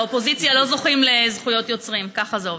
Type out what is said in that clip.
באופוזיציה לא זוכים לזכויות יוצרים, ככה זה עובד.